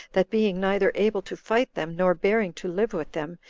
that being neither able to fight them, nor bearing to live with them,